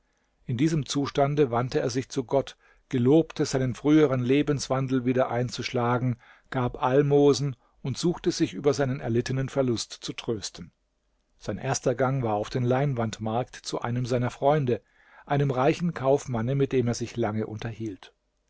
in diesem zustande wandte er sich zu gott gelobte seinen früheren lebenswandel wieder einzuschlagen gab almosen und suchte sich über seinen erlittenen verlust zu trösten sein erster gang war auf den leinwandmarkt zu einem seiner freunde einem reichen kaufmanne mit dem er sich lange unterhielt